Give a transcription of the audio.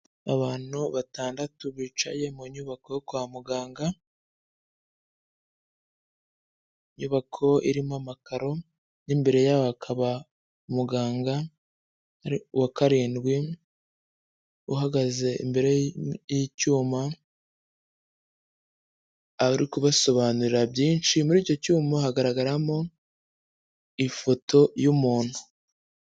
Abantu batandatu bicaye mu nyubako yo kwa muganga, inyubako irimo amakaro n'imbere yabo hakaba muganga wa karindwi uhagaze imbere y'icyuma, ari kubasobanurira byinshi, muri icyo cyuma hagaragaramo ifoto y'umuntu.